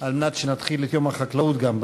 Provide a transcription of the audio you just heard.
על מנת שנתחיל גם את ציון יום החקלאות בזמן.